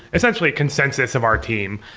essentially consensus of our team.